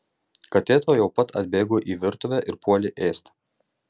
katė tuojau pat atbėgo į virtuvę ir puolė ėsti